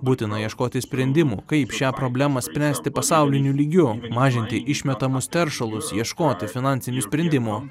būtina ieškoti sprendimų kaip šią problemą spręsti pasauliniu lygiu mažinti išmetamus teršalus ieškoti finansinių sprendimų